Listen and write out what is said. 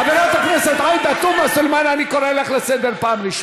חבר הכנסת עבד אל חכים חאג'